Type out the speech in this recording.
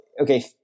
okay